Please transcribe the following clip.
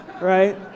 right